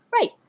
Right